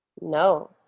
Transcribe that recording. No